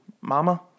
Mama